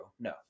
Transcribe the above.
no